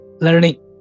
learning